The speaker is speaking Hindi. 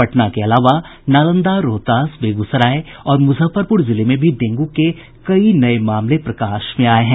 पटना के अलावा नालंदा रोहतास बेगूसराय और मुजफ्फरपुर जिले में भी डेंगू के कई नये मामले प्रकाश में आये हैं